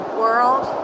world